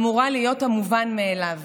אמורה להיות המובן מאליו.